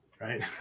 right